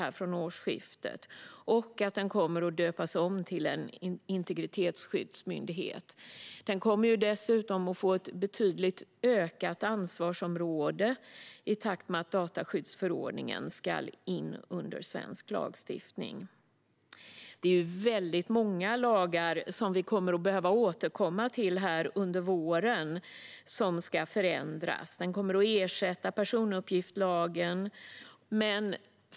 Den kommer också att döpas om till Integritetsskyddsmyndigheten. Dessutom kommer den att få ett betydligt ökat ansvarsområde i takt med att dataskyddsförordningen ska in i svensk lagstiftning. Det är väldigt många lagar som vi kommer att behöva återkomma till under våren - det är lagar som ska förändras. Förordningen kommer att ersätta personuppgiftslagen.